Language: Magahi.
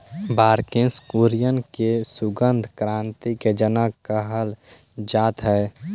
वर्गिस कुरियन के दुग्ध क्रान्ति के जनक कहल जात हई